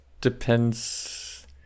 depends